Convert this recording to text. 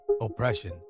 oppression